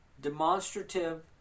demonstrative